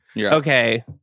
okay